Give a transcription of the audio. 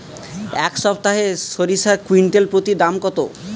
এই সপ্তাহে সরিষার কুইন্টাল প্রতি দাম কত?